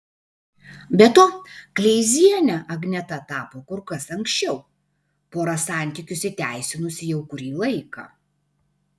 be to kleiziene agneta tapo kur kas anksčiau pora santykius įteisinusi jau kurį laiką